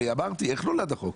הרי אמרתי איך נולד החוק.